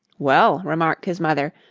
well, remarked his mother,